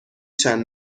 چند